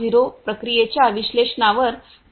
0 प्रक्रियेच्या विश्लेषणावर कार्य करतात